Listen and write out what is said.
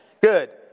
Good